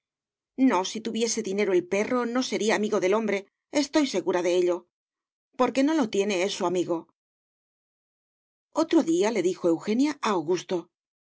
no si tuviese dinero el perro no sería amigo del hombre estoy segura de ello porque no lo tiene es su amigo otro día le dijo eugenia a augusto